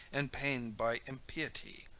and pained by impiety.